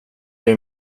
dig